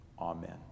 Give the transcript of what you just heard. Amen